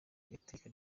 iteka